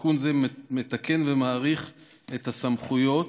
תיקון זה מתקן ומאריך את הסמכויות,